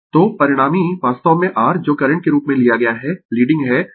तो परिणामी वास्तव में r जो करंट के रूप में लिया गया है लीडिंग है